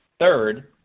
Third